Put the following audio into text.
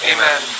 Amen